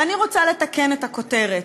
ואני רוצה לתקן את הכותרת,